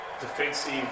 defensive